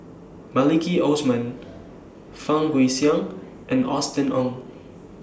Maliki Osman Fang Guixiang and Austen Ong